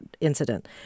incident